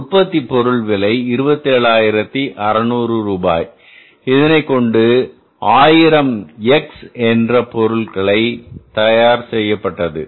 உற்பத்திபொருள் விலை 27600 ரூபாய் இதனைக் கொண்டு 1000 X என்கிற பொருள் தயார் செய்யப்பட்டது